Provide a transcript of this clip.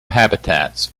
habitats